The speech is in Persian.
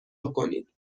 کنید